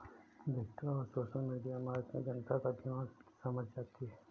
digital और social media marketing जनता का दिमाग समझ जाती है